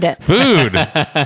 Food